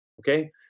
okay